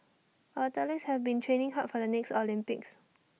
our athletes have been training hard for the next Olympics